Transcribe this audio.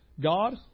God